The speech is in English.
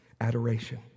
Adoration